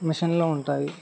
మిషన్లూ ఉంటాయి